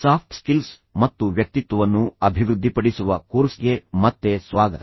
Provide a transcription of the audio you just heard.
soft skills ಮತ್ತು ವ್ಯಕ್ತಿತ್ವವನ್ನು ಅಭಿವೃದ್ಧಿಪಡಿಸುವ ಕೋರ್ಸ್ಗೆ ಮತ್ತೆ ಸ್ವಾಗತ